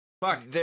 fuck